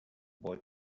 boy